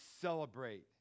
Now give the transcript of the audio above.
celebrate